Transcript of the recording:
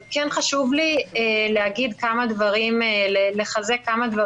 חשוב לי לחזק כמה דברים שנאמרו.